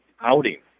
outing